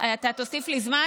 אתה תוסיף לי זמן?